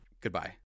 Goodbye